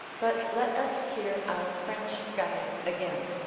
but let us hear our french guide again